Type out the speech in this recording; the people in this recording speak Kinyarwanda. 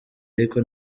ariko